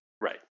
Right